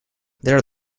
these